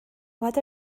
what